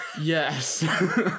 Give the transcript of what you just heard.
Yes